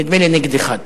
נדמה לי נגד אחד.